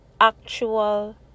actual